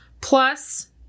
plus